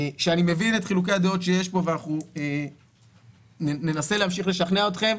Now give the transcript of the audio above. שאני מבין את חילוקי הדעות שיש פה ואנחנו ננסה להמשיך לשכנע אתכם,